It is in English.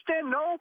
No